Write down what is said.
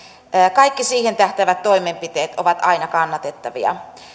kaikki siihen tähtäävät toimenpiteet ovat aina kannatettavia